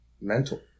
mental